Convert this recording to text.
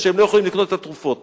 והם לא יכולים לקנות את התרופות.